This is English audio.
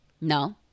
No